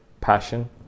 passion